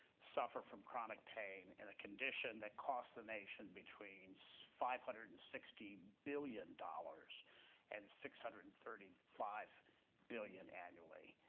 suffer from chronic pain, and a condition that costs the nation between so five hundred and sixty billion dollars and six hundred and thirty five billion dollars annually.